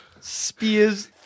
spears